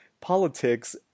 politics